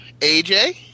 AJ